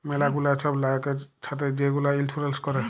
ম্যালা গুলা ছব লয়কের ছাথে যে গুলা ইলসুরেল্স ক্যরে